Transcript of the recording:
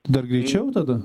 dar greičiau tada